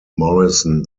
morrison